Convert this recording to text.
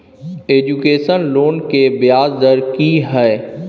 Education loan के ब्याज दर की हय?